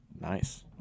Nice